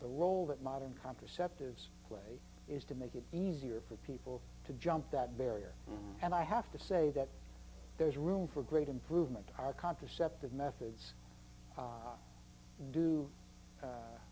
the role that modern contraceptives way is to make it easier for people to jump that barrier and i have to say that there's room for great improvement our contraceptive methods